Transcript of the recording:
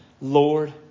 Lord